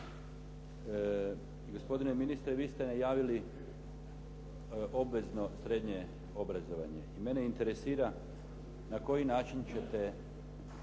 Gospodine ministre, vi ste najavili obvezno srednje obrazovanje i mene interesira na koji način ćete